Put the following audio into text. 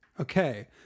Okay